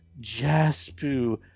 Jaspu